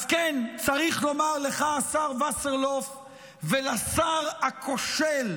אז כן, צריך לומר לך, השר וסרלאוף, ולשר הכושל,